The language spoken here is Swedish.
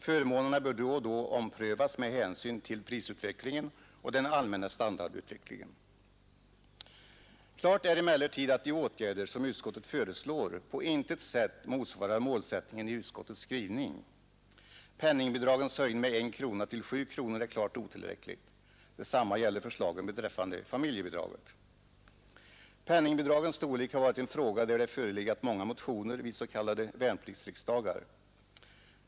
Förmånerna bör då och då omprövas med hänsyn till prisutvecklingen och den allmänna standardutvecklingen.” Klart är emellertid att de åtgärder som utskottet föreslår på intet sätt motsvarar målsättningen i utskottets skrivning. Penningbidragens höjning med 1 krona till 7 kronor är klart otillräcklig. Detsamma gäller förslagen beträffande familjebidraget. Penningbidragens storlek har varit en fråga där det förelegat mänga motioner vid de s.k. värnpliktsriksdagarna.